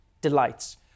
delights